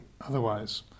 otherwise